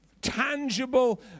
tangible